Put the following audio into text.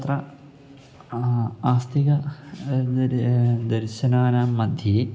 तत्र आस्तिकानां दर्शनानां मध्ये